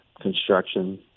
construction